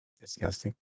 Disgusting